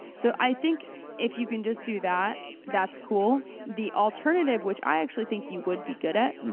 so i think if you can just do that, that's cool. the alternative, which i actually think you would be good at,